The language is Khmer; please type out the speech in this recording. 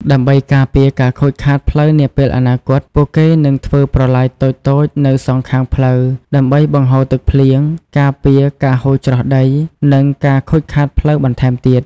ដើម្បីការពារការខូចខាតផ្លូវនាពេលអនាគត ពួកគេនឹងធ្វើប្រឡាយតូចៗនៅសងខាងផ្លូវដើម្បីបង្ហូរទឹកភ្លៀង ការពារការហូរច្រោះដី និងការខូចខាតផ្លូវបន្ថែមទៀត។